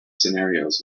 scenarios